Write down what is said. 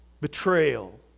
betrayal